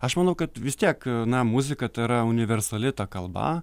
aš manau kad vis tiek na muzika tai yra universali kalba